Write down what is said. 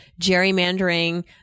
gerrymandering